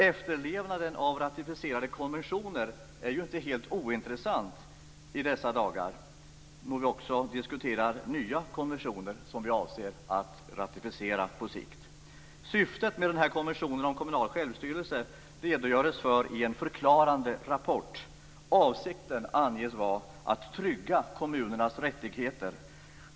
Efterlevnaden av ratificerade konventioner är en inte helt ointressant fråga i dessa dagar när vi också diskuterar nya konventioner som vi avser att ratificera på sikt. Syftet med konventionen om kommunal självstyrelse redogörs det för i en förklarande rapport. Avsikten anges vara att trygga kommunernas rättigheter.